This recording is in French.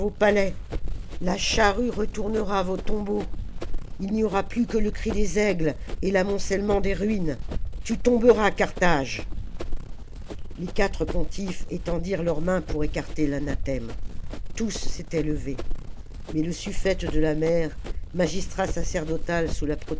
la charrue retournera vos tombeaux ii n'y aura plus que le cri des aigles et famoncellement des ruines tu tomberas carthage les quatre pontifes étendirent leurs mains pour écarter l'anathème tous s'étaient levés mais le suffète de la mer magistrat sacerdotal sous la